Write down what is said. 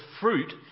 fruit